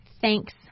thanks